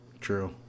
True